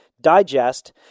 digest